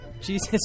Jesus